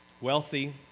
wealthy